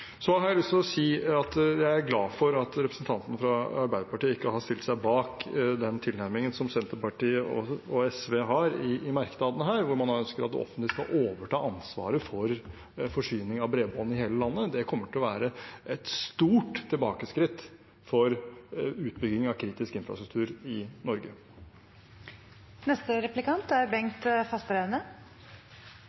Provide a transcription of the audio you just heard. har stilt seg bak tilnærmingen som Senterpartiet og SV har i merknaden, hvor man ønsker at det offentlige skal overta ansvaret for forsyningen av bredbånd i hele landet. Det ville være et stort tilbakeskritt for utbyggingen av kritisk infrastruktur i Norge. Først vil jeg si at jeg tror alle her er